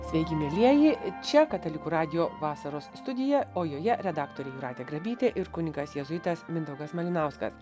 sveiki mielieji čia katalikų radijo vasaros studija o joje redaktorė jūratė grabytė ir kunigas jėzuitas mindaugas malinauskas